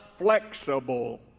Flexible